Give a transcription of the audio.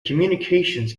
communications